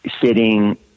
sitting